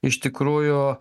iš tikrųjų